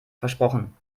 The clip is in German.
versprochen